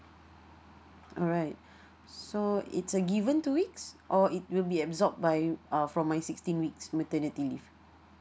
alright so it's a given two weeks or it will be absorb by uh from my sixteen weeks maternity leave